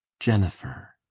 jennifer.